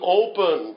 open